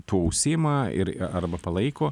tuo užsiima ir arba palaiko